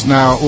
Now